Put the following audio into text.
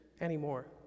anymore